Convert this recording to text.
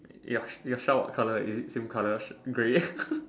your your shack what color is it the same color grey